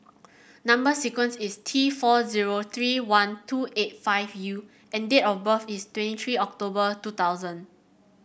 number sequence is T four zero three one two eight five U and date of birth is twenty three October two thousand